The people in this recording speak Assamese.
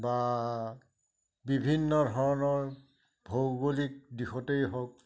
বা বিভিন্ন ধৰণৰ ভৌগোলিক দিশতেই হওক